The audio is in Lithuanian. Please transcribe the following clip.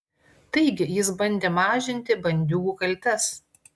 taigi jis bandė mažinti bandiūgų kaltes